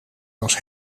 was